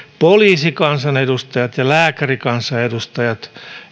poliisikansanedustajat ja lääkärikansanedustajat